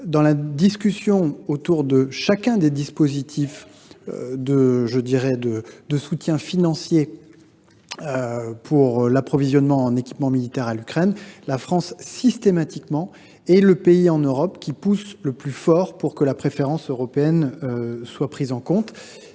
lors des discussions autour de chacun des dispositifs de soutien financier pour l’approvisionnement en équipement militaire de l’Ukraine, la France est toujours le pays qui insiste le plus pour que la préférence européenne soit prise en compte.